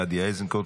גדי איזנקוט,